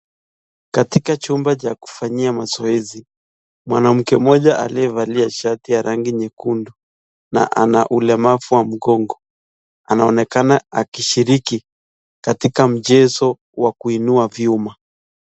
Katika chumba cha kufanyia mazoezi mwanamke mmoja aliyevalia shati ya rangi nyekundu na ana ulemavu wa mgongo, anaonekana akishiriki katika mchezo wa kuinua vyuma.